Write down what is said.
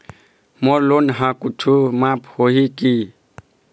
मोर loan हा कुछू माफ होही की?